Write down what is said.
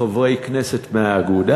חברי כנסת מאגודה,